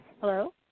Hello